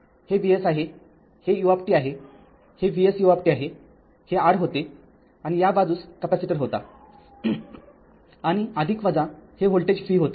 हे Vs आहे हे uआहे हे Vs u आहे हे R होते आणि या बाजूस कॅपेसिटर होता आणि हे व्होल्टेज v होते